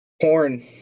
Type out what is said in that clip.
Porn